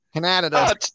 Canada